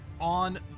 on